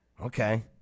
Okay